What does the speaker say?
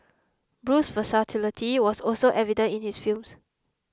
Bruce's versatility was also evident in his films